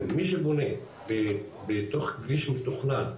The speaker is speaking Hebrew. מי שבונה בתוך כביש מתוכנן,